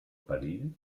perill